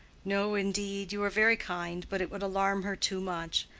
no indeed you are very kind but it would alarm her too much.